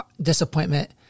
disappointment